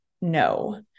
no